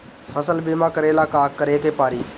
फसल बिमा करेला का करेके पारी?